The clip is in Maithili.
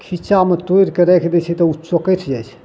खीच्चामे तोड़िके राखि दै छै तऽ ओ चोकटि जाइ छै